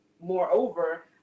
moreover